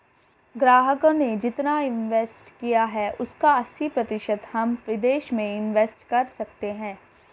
ग्राहकों ने जितना इंवेस्ट किया है उसका अस्सी प्रतिशत हम विदेश में इंवेस्ट कर सकते हैं